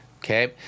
Okay